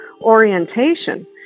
orientation